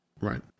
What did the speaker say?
Right